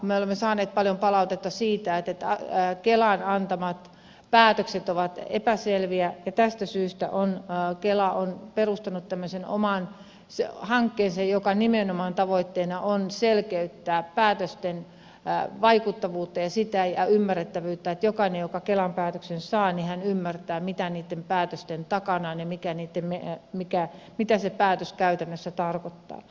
me olemme saaneet paljon palautetta siitä että kelan antamat päätökset ovat epäselviä ja tästä syystä kela on perustanut tämmöisen oman hankkeen jonka tavoitteena nimenomaan on selkeyttää päätösten vaikuttavuutta ja ymmärrettävyyttä sitä että jokainen joka kelan päätöksen saa ymmärtää mitä niitten päätösten takana on ja mitä se päätös käytännössä tarkoittaa